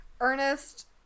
Ernest